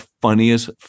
funniest